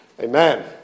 Amen